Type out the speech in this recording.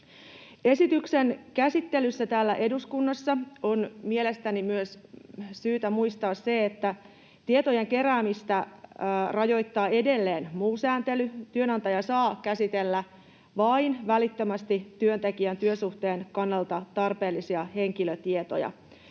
Esityksen käsittelyssä täällä eduskunnassa on mielestäni myös syytä muistaa se, että tietojen keräämistä rajoittaa edelleen muu sääntely ja työnantaja saa käsitellä vain välittömästi työntekijän työsuhteen kannalta tarpeellisia henkilötietoja.